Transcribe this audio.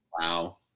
Wow